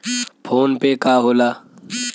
PhonePe का होला?